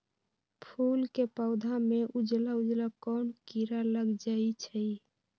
फूल के पौधा में उजला उजला कोन किरा लग जई छइ?